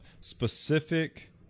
specific